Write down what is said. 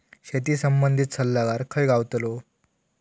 शेती संबंधित सल्लागार खय गावतलो?